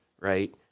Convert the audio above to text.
right